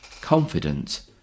confident